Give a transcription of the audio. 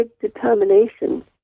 determination